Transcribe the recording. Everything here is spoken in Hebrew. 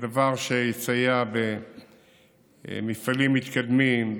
זה דבר שיסייע במפעלים מתקדמים,